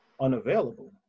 unavailable